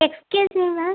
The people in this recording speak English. excuse me ma'am